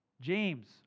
James